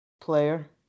player